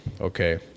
okay